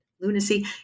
lunacy